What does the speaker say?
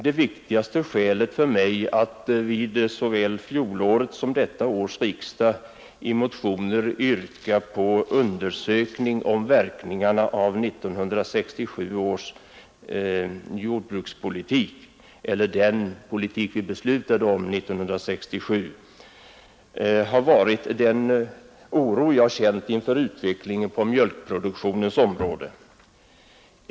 Det viktigaste skälet för mig att vid såväl fjolårets som detta års riksdag i motioner yrka på undersökning av verkningarna av den jordbrukspolitik vi beslutade om 1967 har varit den oro jag känt inför utvecklingen på mjölkproduktionens område.